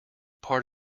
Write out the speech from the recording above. part